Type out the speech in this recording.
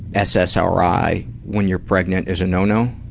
ssri when you're pregnant is a no-no?